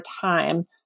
time